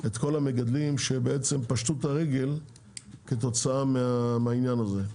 את כל המגדלים שפשטו את הרגל כתוצאה מהעניין הזה.